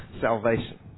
salvation